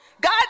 God